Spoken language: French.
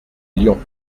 lyon